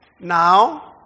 Now